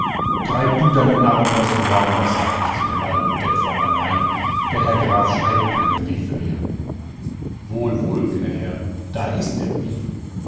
treib du deine narrenspossen wo anders sag ich zu dem alten depp von lakaien der herr graf schreibt keine briefe mehr wohl wohl gnä herr da ist der brief